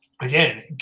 Again